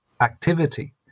activity